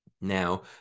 Now